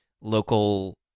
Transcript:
local